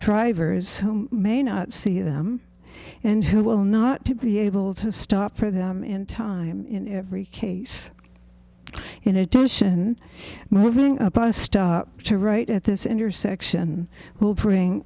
drivers who may not see them and who will not to be able to stop for them in time in every case in addition moving up a stop to right at this intersection will bring